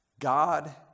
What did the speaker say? God